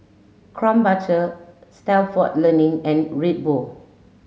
Krombacher Stalford Learning and Red Bull